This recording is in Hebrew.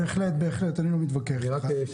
בהחלט, בהחלט, אני לא מתווכח איתך.